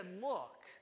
look